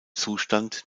zustand